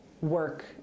work